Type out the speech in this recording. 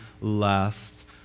last